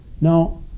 Now